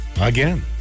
Again